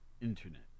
internet